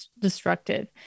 destructive